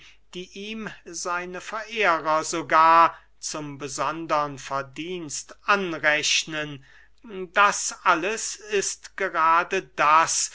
die ihm seine verehrer sogar zum besondern verdienst anrechnen das alles ist gerade das